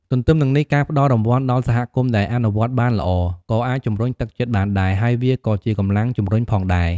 ទន្ទឹមនឹងនេះ ការផ្តល់រង្វាន់ដល់សហគមន៍ដែលអនុវត្តបានល្អ ក៏អាចជំរុញទឹកចិត្តបានដែរ ហើយវាក៏ជាកម្លាំងជម្រុញផងដែរ។